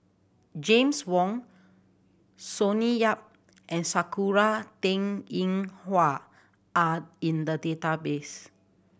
James Wong Sonny Yap and Sakura Teng Ying Hua are in the database